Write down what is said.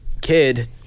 kid